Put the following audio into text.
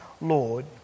Lord